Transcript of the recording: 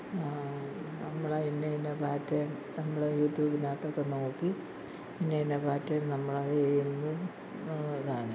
നമ്മൾ ആ ഇന്ന ഇന്ന പാറ്റേൺ നമ്മൾ യൂട്യൂബിനകത്തൊക്കെ നോക്കി ഇന്ന ഇന്ന പാറ്റേൺ നമ്മൾ അത് ചെയ്യുന്നതും ഇതാണ്